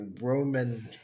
Roman